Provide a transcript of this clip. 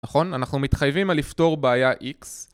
נכון? אנחנו מתחייבים לפתור בעיה x